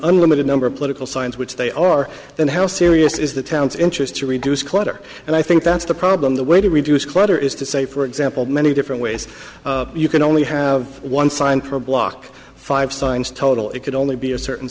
unlimited number of political science which they are then how serious is the town's interest to reduce clutter and i think that's the problem the way to reduce clutter is to say for example many different ways you can only have one sign per block five signs total it could only be a certain